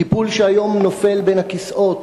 טיפול שהיום נופל בין הכיסאות,